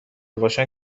باشن